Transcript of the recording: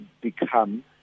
become